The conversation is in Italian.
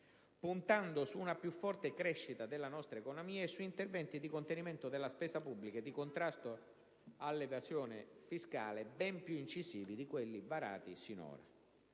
puntando su una più forte crescita della nostra economia e su interventi di contenimento della spesa pubblica e di contrasto all'evasione fiscale ben più incisivi di quelli varati sinora.